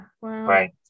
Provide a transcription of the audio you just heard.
Right